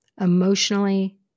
emotionally